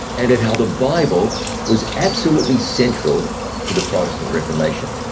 and at how the bible was absolutely central to the protestant reformation.